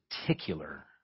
particular